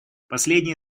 последние